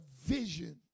vision